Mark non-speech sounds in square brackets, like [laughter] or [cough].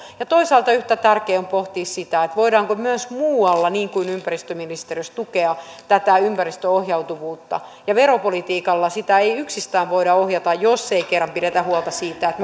toisaalta yhtä tärkeää on pohtia sitä voidaanko myös muualla niin kuin ympäristöministeriössä tukea ympäristöohjautuvuutta yksistään veropolitiikalla sitä ei voida ohjata jos ei kerran pidetä huolta siitä että [unintelligible]